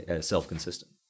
self-consistent